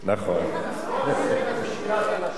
כל הספר זה שמירת הלשון,